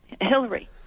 Hillary